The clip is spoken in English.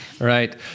Right